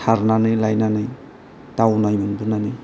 सारनानै लायनानै दावनाय मोनबोनानै